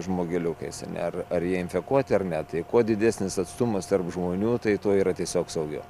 žmogeliukais ar ne ar ar jie infekuoti ar ne tai kuo didesnis atstumas tarp žmonių tai tuo yra tiesiog saugiau